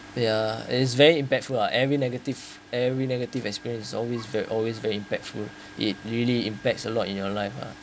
ya it is very impactful uh every negative every negative experience always ve~ always very impactful it really impacts a lot in your life uh